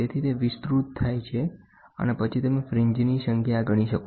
તેથી તે વિસ્તૃત થાય છે અને પછી તમે ફ્રિન્જની સંખ્યા ગણી શકો